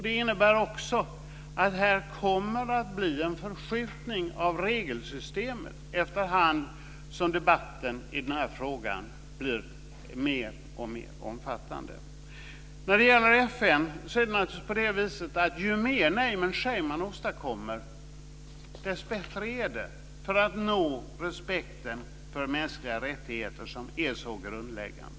Det innebär också att det kommer att bli en förskjutning av regelsystemet efterhand som debatten i den här frågan blir mer och mer omfattande. När det gäller FN är det naturligtvis på det viset att ju mer name and shame man åstadkommer desto bättre är det för att nå respekten för mänskliga rättigheter, som är så grundläggande.